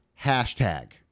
hashtag